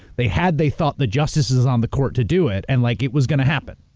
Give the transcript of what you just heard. they had, they thought, the justices on the court to do it, and like it was going to happen.